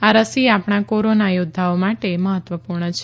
આ રસી આપણા કોરોના યોધ્ધાઓ માટે મહત્વપુર્ણ છે